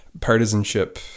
partisanship